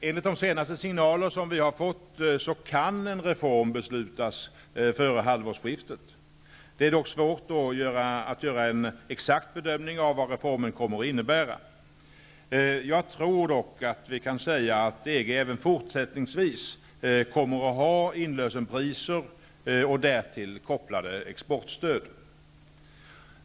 Enligt de senaste signalerna kan en reform beslutas före halvårsskiftet. Det är dock svårt att göra en exakt bedömning av vad reformen kommer att innebära. Jag tror dock att vi kan säga att EG även fortsättningsvis kommer att ha inlösenpriser och därtill kopplade exportstöd.